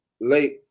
late